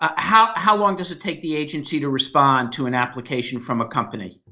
ah how how long does it take the agency to respond to an application from a company?